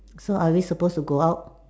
so are we supposed to go out